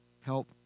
help